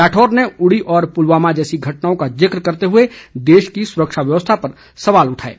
राठौर ने उड़ी और पुलवामा जैसी घटनाओं का जिक करते हुए देश की सुरक्षा व्यवस्था पर सवाल उठाए हैं